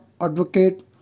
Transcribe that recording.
advocate